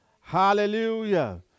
Hallelujah